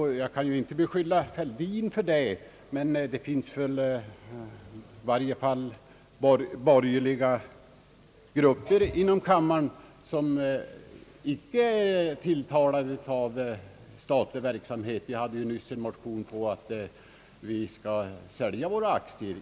Jag kan inte beskylla herr Fälldin för det, men det finns i varje fall borgerliga grupper i denna kammare, som inte är tilltalade av statlig verksamhet. Vi hade nyss en motion uppe till behandling om att vi skall sälja våra aktier.